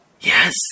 Yes